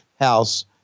house